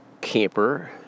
camper